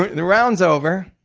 but and the round's over.